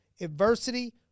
Adversity